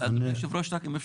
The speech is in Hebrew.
אדוני היושב-ראש, רק אם אפשר?